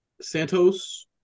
Santos